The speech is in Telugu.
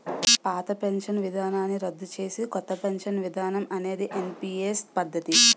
పాత పెన్షన్ విధానాన్ని రద్దు చేసి కొత్త పెన్షన్ విధానం అనేది ఎన్పీఎస్ పద్ధతి